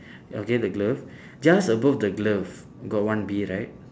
okay the glove just above the glove got one bee right